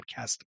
podcast